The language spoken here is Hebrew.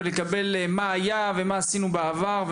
ולקבל נתונים על מה היה ומה עשינו בעבר,